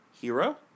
hero